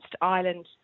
Ireland